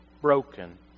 broken